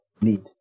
need